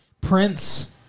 Prince